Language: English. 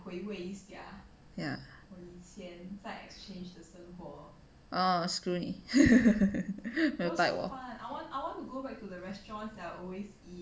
oh screw 你没有带我